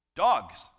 Dogs